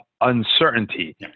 uncertainty